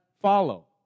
follow